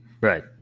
Right